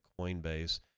Coinbase